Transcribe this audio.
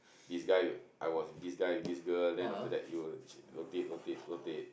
this guy I was this guy this girl then after that it will rotate rotate rotate